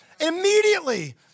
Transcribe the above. immediately